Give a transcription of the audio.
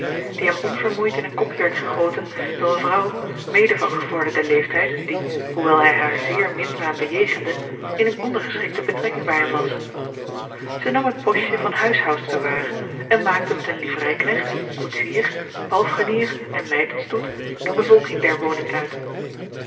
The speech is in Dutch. die hem onvermoeid in een kopje werd gegoten door eene vrouw mede van gevorderden leeftijd die hoewel hij haar zeer minzaam bejegende in eene ondergeschikte betrekking bij hem was zij nam het postje van huishoudster waar en maakte met een livereiknecht koetsier palfrenier en meidenstoet de bevolking der woning uit